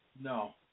No